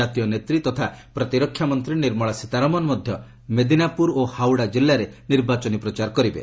ଜାତୀୟନେତ୍ରୀ ତତା ପ୍ରତିରକ୍ଷା ମନ୍ତ୍ରୀ ନିର୍ମଳା ସୀତାରମଣ ମଧ୍ୟ ମିଦ୍ନାପୁର ଓ ହାଓ୍ୱାଡ଼ା କିଲ୍ଲାରେ ନିର୍ବାଚନୀ ପ୍ରଚାର କରିବେ